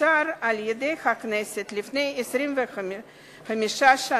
שאושר על-ידי הכנסת לפני 25 שנה,